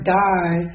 die